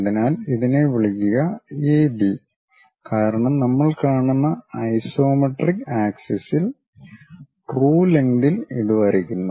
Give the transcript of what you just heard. അതിനാൽ ഇതിനെ വിളിക്കുക എ ബി കാരണം നമ്മൾ കാണുന്ന ഐസോമെട്രിക് ആക്സിസിൽ ട്രൂ ലെങ്ക്തിൽ ഇത് വരയ്ക്കുന്നു